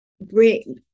bring